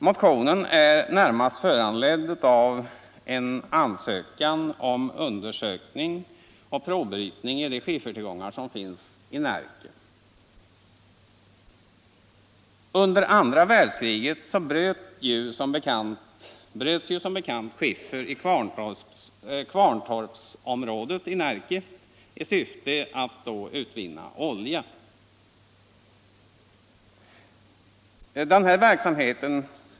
Motionen är närmast föranledd av en ansökan om undersökning och provbrytning i de skiffertillgångar som finns i Närke. Under andra världskriget bröts som bekant skiffer i Kvarntorpsområdet i Närke i syfte att utvinna olja.